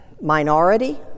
minority